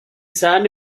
sahne